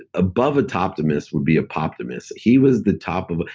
above a toptimist would be a poptimist. he was the top of. but